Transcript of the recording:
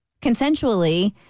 consensually